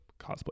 cosplay